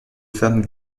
femmes